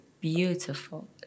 beautiful